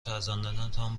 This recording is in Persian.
فرزندانتان